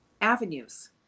avenues